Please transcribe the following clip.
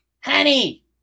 honey